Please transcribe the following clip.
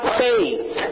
faith